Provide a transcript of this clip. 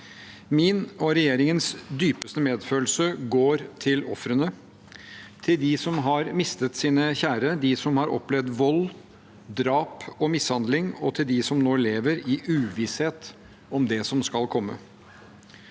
Min og regjeringens dypeste medfølelse går til ofrene – til de som har mistet sine kjære, de som har opplevd vold, drap og mishandling, og til de som nå lever i uvisshet om det som skal komme.